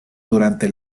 durante